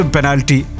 Penalty